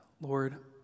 Lord